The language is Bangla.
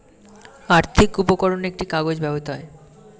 আর্থিক উপকরণে একটি কাগজ ব্যবহৃত হয়